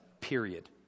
period